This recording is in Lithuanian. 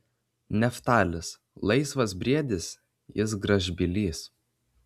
neftalis laisvas briedis jis gražbylys